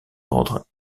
ordre